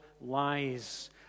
lies